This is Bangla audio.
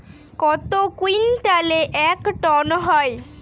কত কুইন্টালে এক টন হয়?